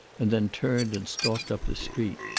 and then turned and stalked up the street.